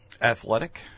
Athletic